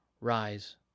Rise